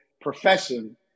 profession